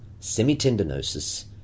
semitendinosus